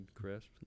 crisp